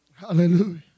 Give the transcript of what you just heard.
Hallelujah